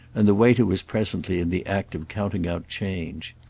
and the waiter was presently in the act of counting out change.